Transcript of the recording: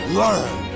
learn